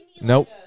nope